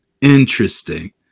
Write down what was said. Interesting